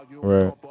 right